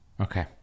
Okay